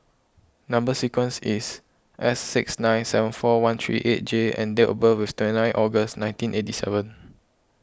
Number Sequence is S six nine seven four one three eight J and date of birth is twenty nine August nineteen eighty seven